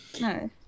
No